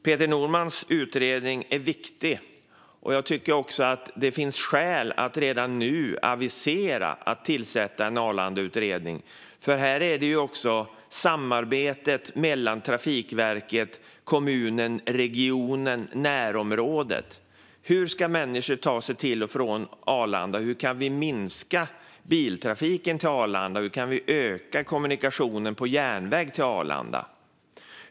Peter Normans utredning är viktig. Jag tycker att det finns skäl att redan nu avisera tillsättandet av en Arlandautredning, för här gäller det ju också samarbetet mellan Trafikverket, kommunen, regionen och närområdet. Hur ska människor ta sig till och från Arlanda? Hur kan vi minska biltrafiken till Arlanda? Hur kan vi öka kommunikationen på järnväg till Arlanda?